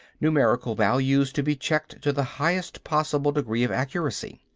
numerical values to be checked to the highest possible degree of accuracy.